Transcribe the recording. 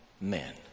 men